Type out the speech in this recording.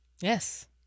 Yes